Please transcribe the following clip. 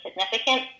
significant